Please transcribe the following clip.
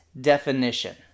definition